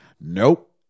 Nope